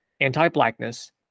anti-Blackness